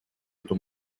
эту